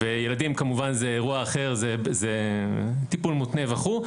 כמובן שילדים זה אירוע אחר, זה טיפול מותנה וכו'.